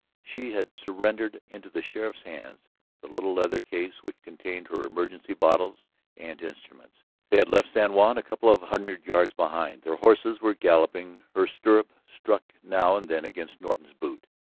she had surrendered into the sheriff's hands the little leather-case which contained her emergency bottles and instruments they had left san juan a couple of hundred yards behind, their horses were galloping her stirrup struck now and then against norton's boot.